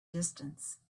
distance